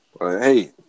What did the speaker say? hey